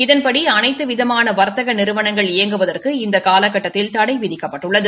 இதன்படி அனைத்து விதமான வாத்தக நிறுவனங்கள் இயங்குவதற்கு இந்த காலகட்டத்தில் தடை விதிக்கப்பட்டுள்ளது